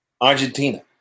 Argentina